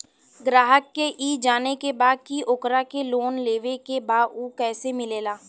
ग्राहक के ई जाने के बा की ओकरा के लोन लेवे के बा ऊ कैसे मिलेला?